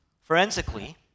forensically